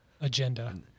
agenda